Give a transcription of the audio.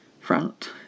front